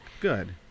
Good